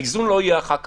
האיזון לא יהיה אחר כך.